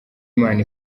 imana